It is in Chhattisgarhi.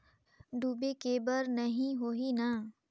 डूबे के बर नहीं होही न?